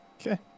Okay